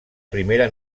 primera